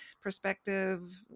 perspective